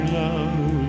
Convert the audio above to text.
love